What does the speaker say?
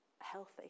Healthy